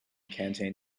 canteen